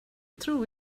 tror